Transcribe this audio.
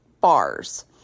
bars